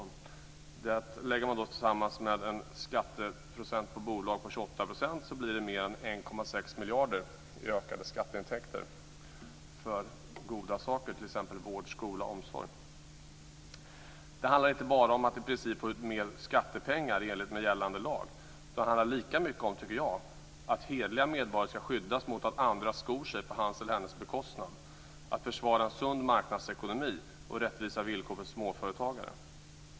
Med en bolagsskatt om 28 % innebär detta mer än 1,6 miljarder i ökade skatteintäkter att användas för goda ändamål, som t.ex. vård, skola och omsorg. Det handlar inte bara om att i princip få in mer skattepengar i enlighet med gällande lag, utan jag tycker att det lika mycket handlar om att hederliga medborgare ska skyddas mot att andra skor sig på deras bekostnad. Det gäller att försvara en sund marknadsekonomi och rättvisa villkor för småföretagare.